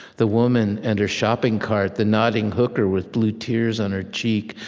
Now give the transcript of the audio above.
the woman and her shopping cart, the nodding hooker with blue tears on her cheek,